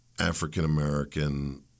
african-american